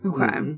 Okay